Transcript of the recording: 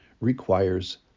requires